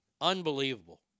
Unbelievable